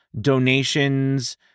donations